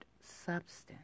substance